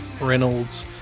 Reynolds